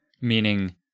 meaning